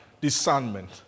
discernment